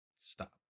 stop